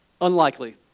Unlikely